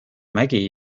mägi